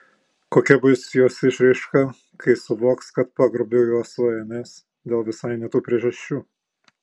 kokia bus jos išraiška kai suvoks kad pagrobiau jos svajones dėl visai ne tų priežasčių